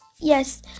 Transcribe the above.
yes